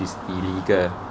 is illegal